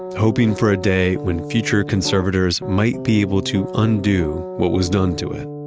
hoping for a day when future conservators might be able to undo what was done to it,